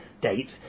date